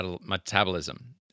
Metabolism